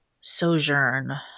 sojourn